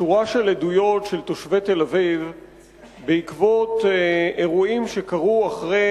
שורה של עדויות של תושבי תל-אביב בעקבות אירועים שקרו אחרי